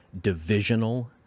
divisional